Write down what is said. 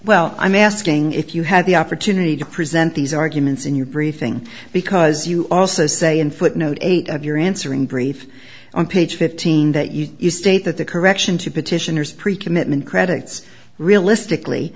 well i'm asking if you had the opportunity to present these arguments in your briefing because you also say in footnote eight of your answering brief on page fifteen that you you state that the correction to petitioners pre commitment credits realistically